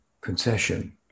concession